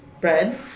bread